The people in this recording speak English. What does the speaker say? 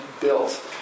built